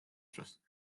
დროს